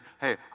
hey